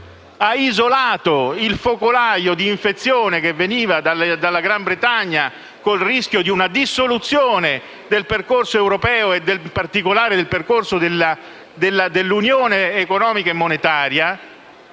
e isolato il focolaio d'infezione che veniva dal Regno Unito, con il rischio di una dissoluzione del percorso europeo e, in particolare, dell'Unione economica e monetaria.